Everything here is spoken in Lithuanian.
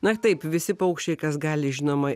na taip visi paukščiai kas gali žinoma